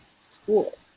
school